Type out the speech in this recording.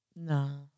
No